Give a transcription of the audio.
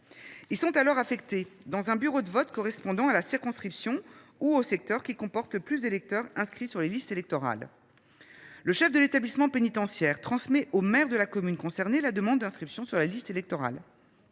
Ils sont alors affectés à un bureau de vote de la circonscription ou du secteur qui comporte le plus d’électeurs inscrits sur les listes électorales. Le chef de l’établissement pénitentiaire transmet au maire de la commune concernée la demande d’inscription sur la liste électorale.